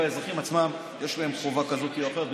ולאזרחים עצמם יש חובה כזאת או אחרת,